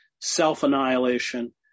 self-annihilation